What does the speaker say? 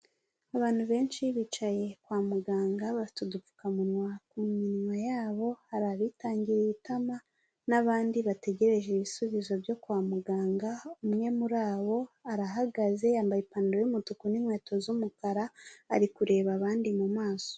Abantu benshi bicaye kwa muganga bafite udupfukamunwa ku minwa yabo, hari abitangiyeriye itama n'abandi bategereje ibisubizo byo kwa muganga. Umwe muri abo arahagaze, yambaye ipantaro y'umutuku n'inkweto z'umukara ari kureba abandi mu maso.